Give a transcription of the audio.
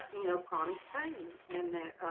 you know chronic pain and that